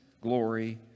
glory